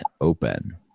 open